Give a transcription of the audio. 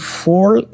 fall